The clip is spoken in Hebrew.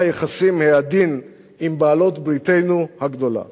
היחסים העדין עם בעלת בריתנו הגדולה.